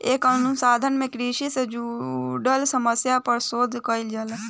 ए अनुसंधान में कृषि से जुड़ल समस्या पर शोध कईल जाला